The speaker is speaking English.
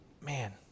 man